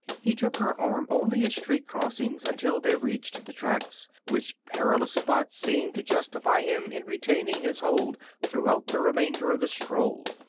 he took her arm only at street crossings until they reached the tracks, which perilous spot seemed to justify him in retaining his hold throughout the remainder of the stroll.